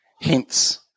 Hence